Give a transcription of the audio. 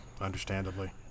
understandably